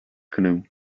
canoe